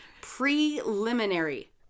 Preliminary